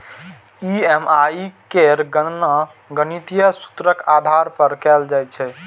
EMI केर गणना गणितीय सूत्रक आधार पर कैल जाइ छै